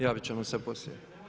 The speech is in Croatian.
Javit ćemo se poslije.